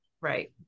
right